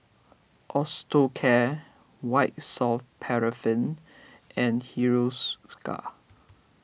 Osteocare White Soft Paraffin and Hiruscar